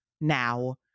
now